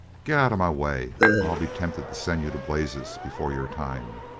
get out of my way, or i'll be tempted to send you to blazes before your time.